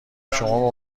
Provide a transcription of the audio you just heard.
شما